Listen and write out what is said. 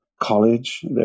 college